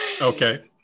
Okay